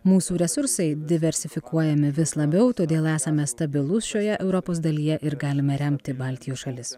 mūsų resursai diversifikuojami vis labiau todėl esame stabilus šioje europos dalyje ir galime remti baltijos šalis